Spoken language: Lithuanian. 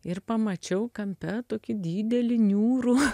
ir pamačiau kampe tokį didelį niūrų